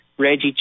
Reggie